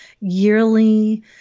yearly